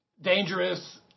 dangerous